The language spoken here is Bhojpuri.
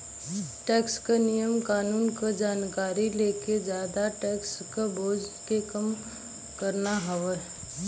टैक्स क नियम कानून क जानकारी लेके जादा टैक्स क बोझ के कम करना हउवे